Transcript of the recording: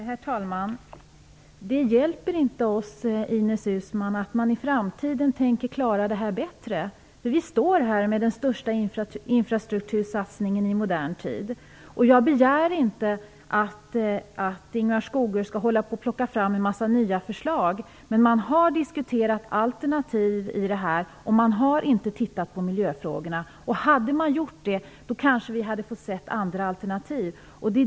Herr talman! Det hjälper inte oss, Ines Uusmann, att man i framtiden tänker klara detta bättre. Vi står här nu med den största infrastruktursatsningen i modern tid. Jag begär inte att Ingemar Skogö skall plocka fram en massa nya förslag. Man har diskuterat alternativ men man har inte tittat på miljöfrågorna. Hade man gjort det, kanske vi hade fått se andra alternativ.